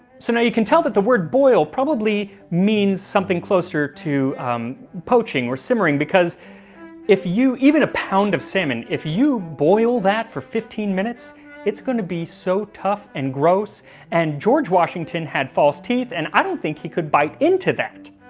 so now you can tell that the word boil probably means something closer to poaching, or simmering because if you even a pound of salmon if you boil that for fifteen minutes it's gonna be so tough, and gross and george washington had false teeth, and i don't think he could bite into that.